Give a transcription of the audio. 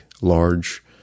large